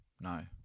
no